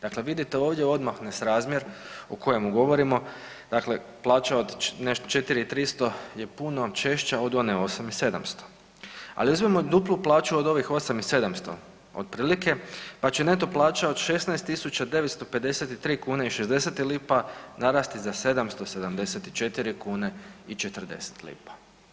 Dakle, vidite ovdje odmah nesrazmjer o kojemu govorimo dakle od 4.300 je puno češća od one 8.700, ali uzmimo duplu plaću od ovih 8.700 otprilike pa će neto plaća od 16.953 kune i 60 lipa narasti za 774 kune i 40 lipa.